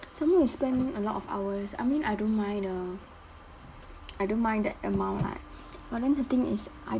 some more we spend a lot of hours I mean I don't mind the I don't mind that amount lah but then the thing is I